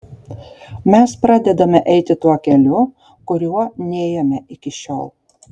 mes pradedame eiti tuo keliu kuriuo nėjome iki šiol